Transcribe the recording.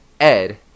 ed